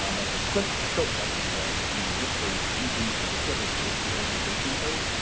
um but the quick shortcut if you will to look for region specific is the organization code.